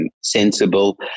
sensible